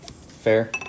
Fair